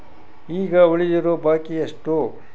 ಈಗ ಉಳಿದಿರೋ ಬಾಕಿ ಎಷ್ಟು?